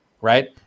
Right